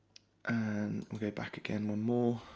and go back again one more,